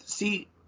See